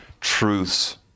truths